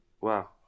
Wow